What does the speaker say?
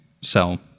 sell